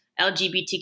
LGBTQ